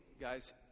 guys